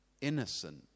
innocent